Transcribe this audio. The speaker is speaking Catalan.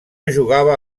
jugava